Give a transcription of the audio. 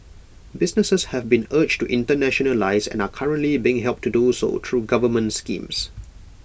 businesses have been urged to internationalise and are currently being helped to do so through government schemes